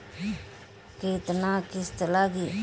केतना किस्त लागी?